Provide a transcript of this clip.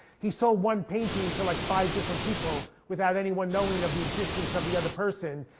he sold one painting to like five different people without anyone knowing of the existence of the other person.